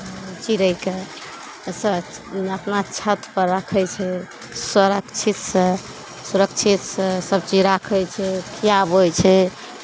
चिड़ैकेँ आ अपना छतपर रखै छै सुरक्षितसँ सुरक्षितसँ सभ चीज राखै छै खियाबै छै